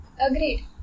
Agreed